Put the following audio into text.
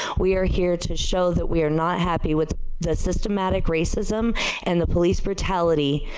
we are here to show that we are not happy with the system racism and the police brutality.